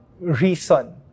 reason